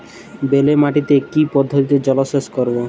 বেলে মাটিতে কি পদ্ধতিতে জলসেচ করব?